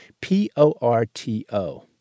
P-O-R-T-O